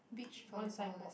beach volleyball is